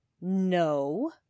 no